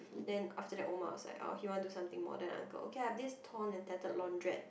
then after that Omar was like oh he wanted to do something more than uncle okay I have this torn and tattered laundrette